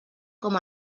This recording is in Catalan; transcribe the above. com